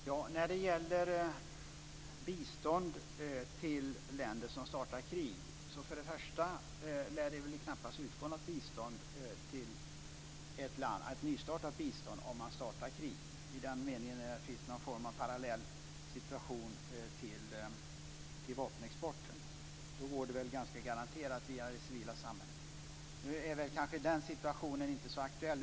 Fru talman! Det gällde bistånd till länder som startar krig. Det lär väl knappast utgå ett nytt bistånd till ett land som startar krig. I den meningen finns det en parallell till vapenexporten. Då går det garanterat via det civila samhället. Nu är den situationen kanske inte så aktuell.